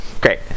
great